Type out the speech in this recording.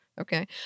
Okay